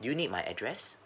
do you need my address